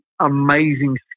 amazing